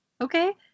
okay